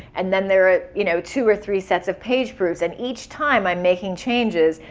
and then there are you know two or three sets of page proofs and each time i'm making changes.